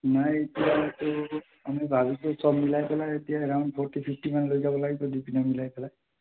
নাই এতিয়াটো আমি ভাবিছোঁ চব মিলাই পেলাই এতিয়া এৰাউণ্ড ফ'ৰটী ফিফটি মান লৈ যাব লাগিব দুইপিনৰ মিলাই পেলাই